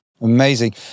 Amazing